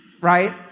Right